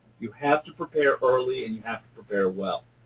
you have to prepare early and you have to prepare well.